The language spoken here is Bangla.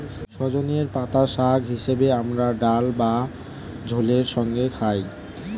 সজনের পাতা শাক হিসেবে আমরা ডাল বা ঝোলের সঙ্গে খাই